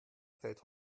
fällt